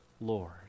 Lord